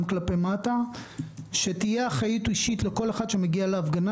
כלפי מטה שתהיה אחריות אישית לכל אחד שמגיע להפגנה